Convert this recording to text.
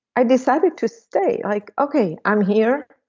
i decided to stay like okay i'm here,